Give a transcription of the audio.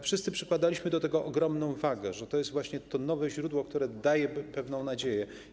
Wszyscy przykładaliśmy do tego ogromną wagę, że to jest właśnie to nowe źródło, które daje pewną nadzieję.